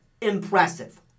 impressive